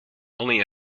only